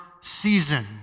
season